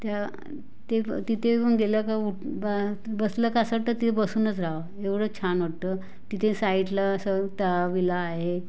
त्या ते तिथे पण गेलं का उठ बा बसलं का असं वाटतं तिथे बसूनच राहावं एवढं छान वाटतं तिथे साईडला असं त्या विला आहे